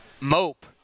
mope